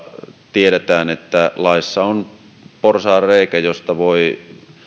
tiedetään että laissa on porsaanreikä josta voi